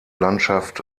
landschaft